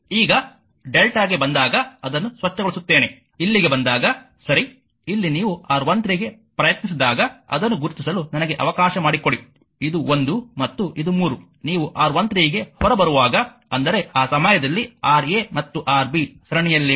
ಈಗ Δಗೆ ಬಂದಾಗ ಅದನ್ನು ಸ್ವಚ್ಛಗೊಳಿಸುತ್ತೇನೆ ಇಲ್ಲಿಗೆ ಬಂದಾಗ ಸರಿ ಇಲ್ಲಿ ನೀವು R13 ಗೆ ಪ್ರಯತ್ನಿಸಿದಾಗ ಅದನ್ನು ಗುರುತಿಸಲು ನನಗೆ ಅವಕಾಶ ಮಾಡಿಕೊಡಿ ಇದು 1 ಮತ್ತು ಇದು 3 ನೀವು R13 ಗೆ ಹೊರಬರುವಾಗ ಅಂದರೆ ಆ ಸಮಯದಲ್ಲಿ Ra ಮತ್ತು Rb ಸರಣಿಯಲ್ಲಿವೆ